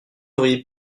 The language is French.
auriez